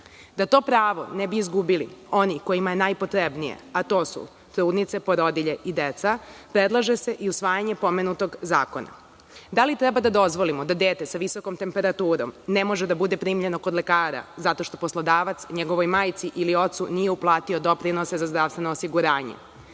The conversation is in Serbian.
Da to pravo ne bi izgubili, oni kojima je najpotrebnije, a to su trudnice, porodilje i deca predlaže se i usvajanje pomenutog zakona. Da li treba da dozvolimo da dete sa visokom temperaturom ne može da bude primljeno kod lekara zato što poslodavac njegovoj majci ili ocu nije uplatio doprinose za zdravstveno osiguranje?